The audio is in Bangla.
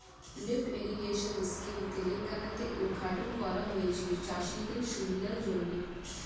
লিফ্ট ইরিগেশন স্কিম তেলেঙ্গানা তে উদ্ঘাটন করা হয়েছে চাষিদের সুবিধার জন্যে